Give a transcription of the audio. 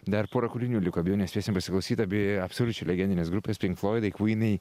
dar pora kūrinių liko abiejų nespėsim pasiklausydam abi absoliučiai legendinės grupės pink floidai kvynai